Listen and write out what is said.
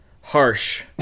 Harsh